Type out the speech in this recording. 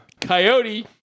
coyote